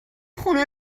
خونه